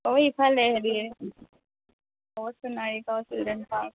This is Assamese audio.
অ এইফালে হেৰি